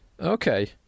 Okay